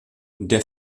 der